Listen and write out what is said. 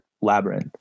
labyrinth